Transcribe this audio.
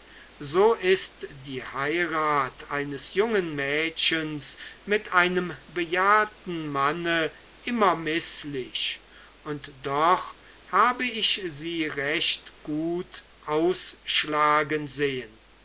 so ist die heirat eines jungen mädchens mit einem bejahrten manne immer mißlich und doch habe ich sie recht gut ausschlagen sehen